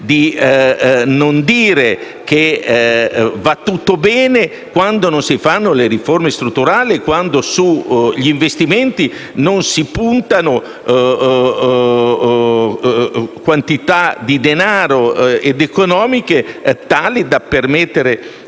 di non dire che va tutto bene quando non si fanno le riforme strutturali e quando sugli investimenti non si puntano quantità di denaro tali da permettere